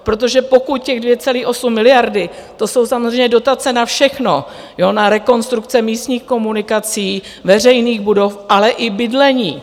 Protože pokud těch 2,8 miliardy, to jsou samozřejmě dotace na všechno, na rekonstrukce místních komunikací, veřejných budov, ale i bydlení.